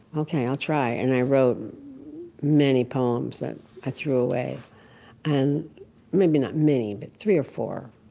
ok, i'll try. and i wrote many poems that i threw away and maybe not many, but three or four.